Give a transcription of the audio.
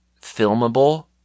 filmable